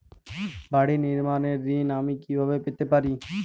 বাড়ি নির্মাণের ঋণ আমি কিভাবে পেতে পারি?